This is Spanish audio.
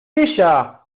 ella